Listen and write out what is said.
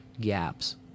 Gaps